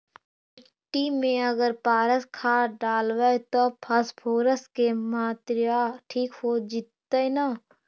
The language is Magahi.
मिट्टी में अगर पारस खाद डालबै त फास्फोरस के माऋआ ठिक हो जितै न?